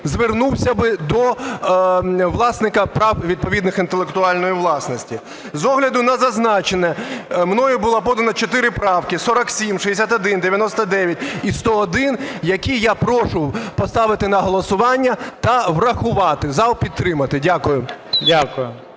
звернувся би до власника прав відповідних інтелектуальної власності. З огляду на зазначене, мною було подано чотири правки: 47, 61, 99 і 101, - які я прошу поставити на голосування та врахувати, зал підтримати. Дякую.